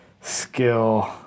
skill